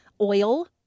Oil